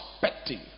perspective